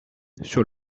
sur